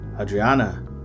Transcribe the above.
Adriana